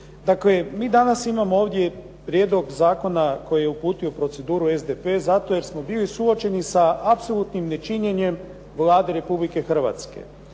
Dakle, mi danas imamo ovdje prijedlog zakona koji je uputio u proceduru SDP zato jer smo bili suočeni sa apsolutnim nečinjenjem Vlade Republike Hrvatske.